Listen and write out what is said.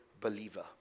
believer